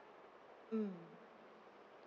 mm